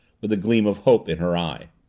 with a gleam of hope in her eye.